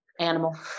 Animal